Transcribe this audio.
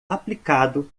aplicado